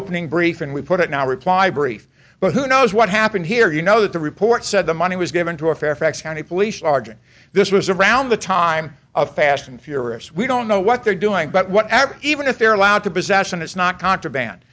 opening brief and we put it in our reply brief but who knows what happened here you know that the report said the money was given to a fairfax county police sergeant this was around the time of fast and furious we don't know what they're doing but whatever even if they're allowed to possession it's not contraband